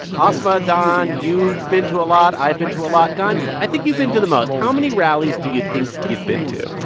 asma, don, you've been to a lot. i've been to a lot. don, i think you've been to the most. how many rallies do you think you've been to?